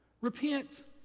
repent